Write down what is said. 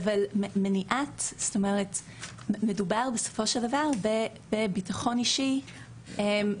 אבל מדובר בסופו של דבר בביטחון אישי ובמניעת